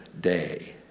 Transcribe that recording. day